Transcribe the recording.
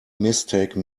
mistake